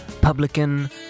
Publican